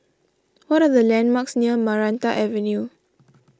what are the landmarks near Maranta Avenue